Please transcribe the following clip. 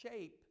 shape